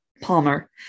Palmer